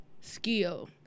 skill